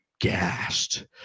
gassed